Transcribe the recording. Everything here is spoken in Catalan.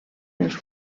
els